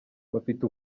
bafite